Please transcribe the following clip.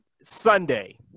Sunday